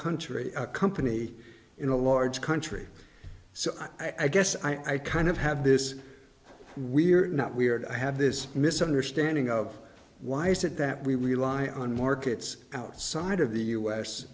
country a company in a large country so i guess i kind of have this we're not weird i have this misunderstanding of why is it that we rely on markets outside of the u